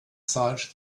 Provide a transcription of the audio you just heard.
search